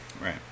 Right